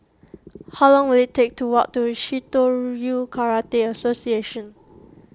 how long will it take to walk to Shitoryu Karate Association